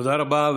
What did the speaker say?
תודה רבה.